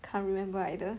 can't remember either